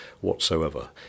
whatsoever